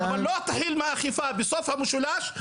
אבל לא להתחיל מהאכיפה בסוף המשולש.